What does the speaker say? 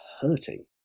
hurting